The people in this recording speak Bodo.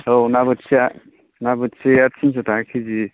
औ ऩा बोथियाया ना बोथियाया थिनस' थाखा खिजि